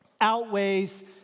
outweighs